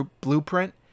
blueprint